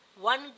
One